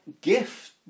gift